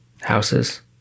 Houses